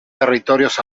territorios